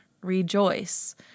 rejoice